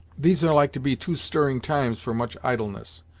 these are like to be too stirring times for much idleness,